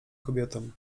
kobietom